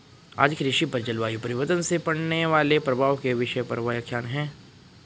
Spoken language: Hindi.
आज कृषि पर जलवायु परिवर्तन से पड़ने वाले प्रभाव के विषय पर व्याख्यान है